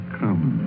come